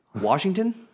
Washington